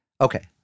Okay